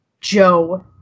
joe